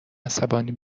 عصبانی